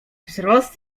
wzrost